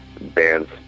bands